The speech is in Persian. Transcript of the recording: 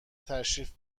تشریف